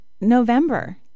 November